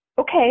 okay